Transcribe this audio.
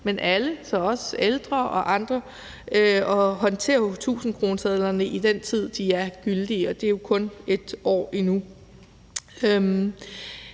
så det er også de ældre og andre – at håndtere tusindkronesedlerne i den tid, de er gyldige. Det er de jo kun et år endnu,